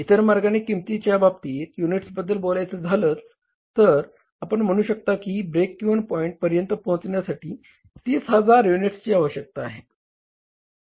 इतर मार्गाने किंमतीच्या बाबतीत युनिट्सबद्दल बोलायच झाल तर आपण म्हणू शकता की ब्रेक इव्हन पॉईंट पर्यंत पोहचण्यासाठी 30000 युनिट्सची आवश्यकता आहे